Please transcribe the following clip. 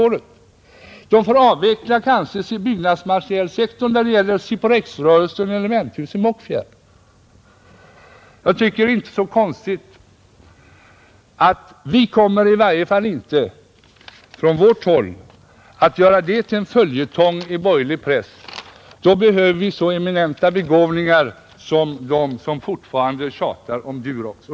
Man får kanske avveckla sin byggnadsmaterielsektor. Här gäller det Siporex och Elementhus i Mockfjärd. Från socialdemokratiskt håll kommer vi inte att göra detta till en följetong i pressen. I så fall skulle vi behöva anlita så eminenta begåvningar som de som fortfarande tjatar om Durox.